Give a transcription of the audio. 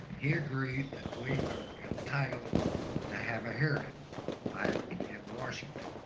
he agreed that we were entitled to have a hearing in washington